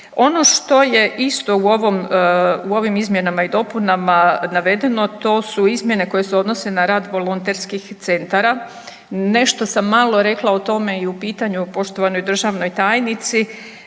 Ono što je isto u ovom, u ovim izmjenama i dopunama navedeno to su izmjene koje se odnose na rad volonterskih centara. Nešto sam malo rekla o tome i u pitanju poštovanoj državnoj tajnici,